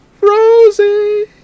Rosie